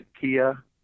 Kia